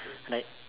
like